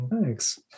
thanks